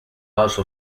also